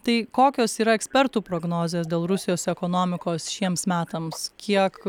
tai kokios yra ekspertų prognozės dėl rusijos ekonomikos šiems metams kiek